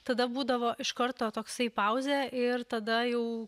tada būdavo iš karto toksai pauzė ir tada jau